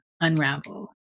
unravel